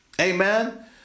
Amen